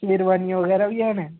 शेरवानियां बगैरा बी हैन